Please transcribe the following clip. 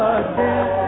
again